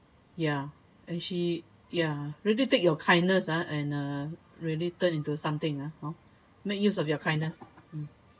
ya and she ya really took your kindness ah and uh really turn into something ah hor make use of your kindness mm